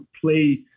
play